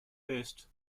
best